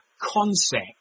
concept